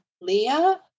Leah